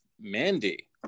Mandy